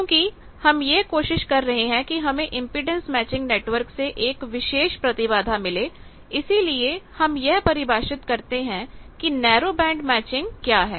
क्योंकि हम यह कोशिश कर रहे हैं कि हमें इंपेडेंस मैचिंग नेटवर्क से एक विशेष प्रतिबाधा मिले इसीलिए हम यह परिभाषित करते हैं कि नैरो बैंड मैचिंग क्या है